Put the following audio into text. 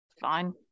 Fine